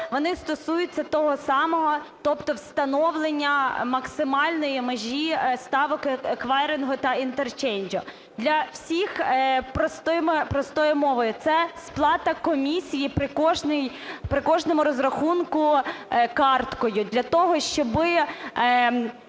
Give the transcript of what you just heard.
вони стосуються того самого, тобто встановлення максимальної межі ставок еквайрингу та інтерчейнджу. Для всіх простою мовою – це сплата комісії при кожному розрахунку карткою для того, щоб